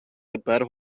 тепер